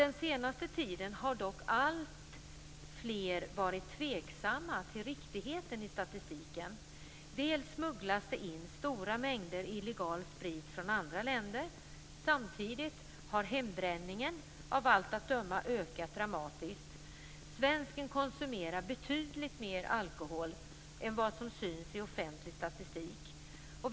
Den senaste tiden har dock allt fler varit tveksamma till riktigheten i statistiken. Det smugglas in stora mängder illegal sprit från andra länder. Samtidigt har hembränningen av allt att döma ökat dramatiskt. Svensken konsumerar betydligt mer alkohol än vad som syns i offentlig statistik.